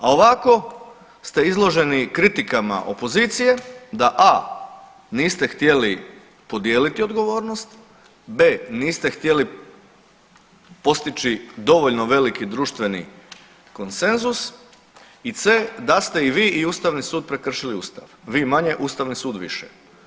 A ovako ste izloženi kritikama opozicije da a) niste htjeli podijeliti odgovornost, b) niste htjeli postići dovoljno veliki društveni konsenzus i c) da ste i vi i ustavni sud prekršili ustav, vi manje ustavni sud više.